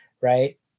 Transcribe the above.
right